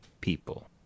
people